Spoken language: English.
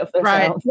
Right